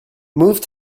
move